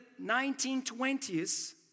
1920s